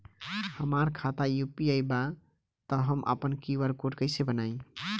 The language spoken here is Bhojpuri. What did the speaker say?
हमार खाता यू.पी.आई बा त हम आपन क्यू.आर कोड कैसे बनाई?